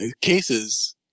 cases